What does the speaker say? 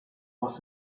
was